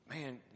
man